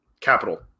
capital